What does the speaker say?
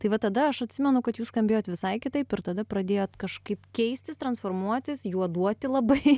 tai vat tada aš atsimenu kad jūs skambėjo visai kitaip ir tada pradėjot kažkaip keistis transformuotis juoduoti labai